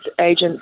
agents